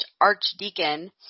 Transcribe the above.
archdeacon